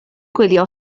gwylio